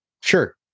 sure